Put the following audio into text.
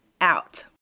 out